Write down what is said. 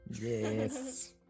Yes